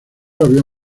había